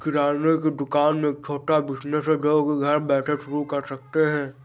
किराने की दुकान एक छोटा बिज़नेस है जो की घर बैठे शुरू कर सकते है